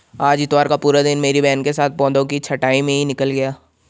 आज इतवार का पूरा दिन मेरी बहन के साथ पौधों की छंटाई में ही निकल गया